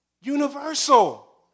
Universal